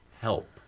help